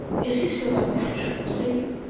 is he so unnatural, say you?